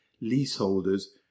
Leaseholders